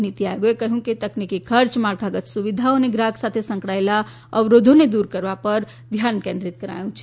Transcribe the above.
નીતિ આયોગે કહ્યું છે કે તકનીકી ખર્ચ માળખાગત સુવિધાઓ અને ગ્રાહક સાથે સંકળાયેલ અવરોધોને દૂર કરવા પર ધ્યાન કેન્દ્રિત કર્યું છે